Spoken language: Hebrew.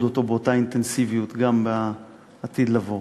אותו באותה אינטנסיביות גם בעתיד לבוא.